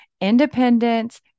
independence